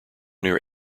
near